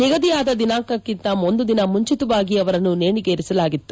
ನಿಗದಿಯಾದ ದಿನಾಂಕಕ್ಕಿಂತ ಒಂದು ದಿನ ಮುಂಚಿತವಾಗಿ ಅವರನ್ನು ನೇಣಿಗೇರಿಸಲಾಗಿತ್ತು